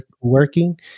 working